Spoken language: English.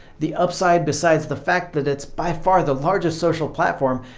the upside, besides the fact that it's by far the largest social platform,